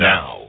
Now